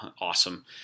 awesome